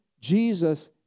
Jesus